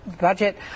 Budget